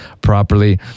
properly